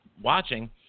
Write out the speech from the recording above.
watching